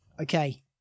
Okay